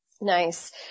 Nice